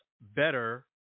better